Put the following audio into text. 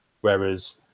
Whereas